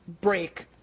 break